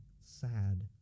sad